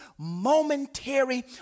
momentary